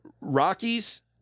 Rockies